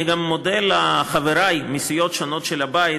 אני גם מודה לחברים מסיעות שונות של הבית